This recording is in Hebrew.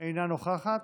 אינה נוכחת.